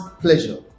pleasure